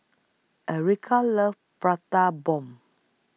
Erika loves Prata Bomb